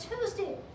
Tuesday